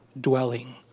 dwelling